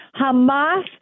Hamas